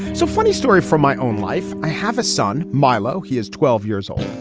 so funny story from my own life i have a son milo. he is twelve years old.